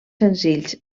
senzills